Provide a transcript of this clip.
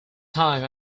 time